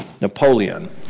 Napoleon